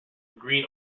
green